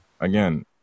Again